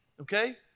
okay